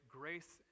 grace